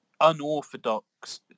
unorthodox